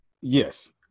yes